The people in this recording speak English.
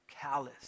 callous